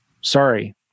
Sorry